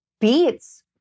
beats